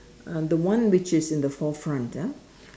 uh the one which is in the fore front ah